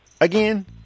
again